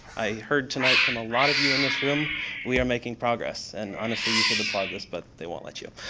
i heard tonight from a lot of you in this room we are making progress, and honestly you should applaud this, but they won't let you.